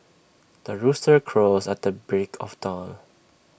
the rooster crows at the break of dawn